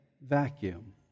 vacuum